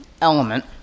element